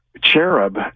cherub